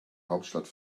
hauptstadt